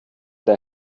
der